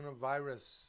coronavirus